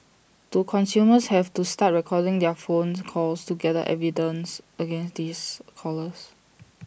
do consumers have to start recording their phone calls to gather evidence against these callers